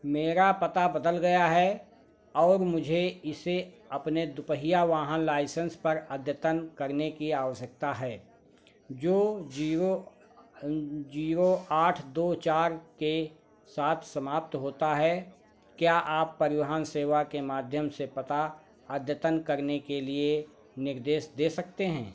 मेरा पता बदल गया है और मुझे इसे अपने दुपहिया वाहन लाइसेंस पर अद्यतन करने की आवश्यकता है जो जीरो जीरो आठ दो चार के साथ समाप्त होता है क्या आप परिवहन सेवा के माध्यम से पता अद्यतन करने के लिए निर्देश दे सकते हैं